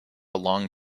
long